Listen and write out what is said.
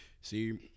See